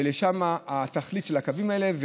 ולשם התכלית של הקווים האלה.